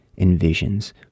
envisions